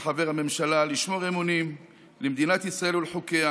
כחבר הממשלה לשמור אמונים למדינת ישראל ולחוקיה,